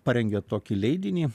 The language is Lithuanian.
parengė tokį leidinį